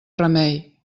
remei